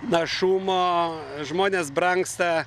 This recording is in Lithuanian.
našumo žmonės brangsta